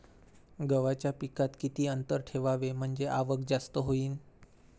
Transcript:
गव्हाच्या पिकात किती अंतर ठेवाव म्हनजे आवक जास्त होईन?